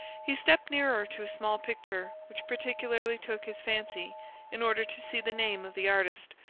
he stepped nearer to a small picture which particularly took his fancy in order to see the name of the artist,